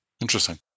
Interesting